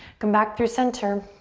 come back through center.